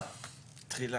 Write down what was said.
אתה רואה הרבה חריגות בנייה,